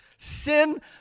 Sin